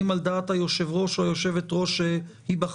על דעת היושב ראש או היושבת ראש שייבחרו,